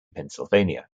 pennsylvania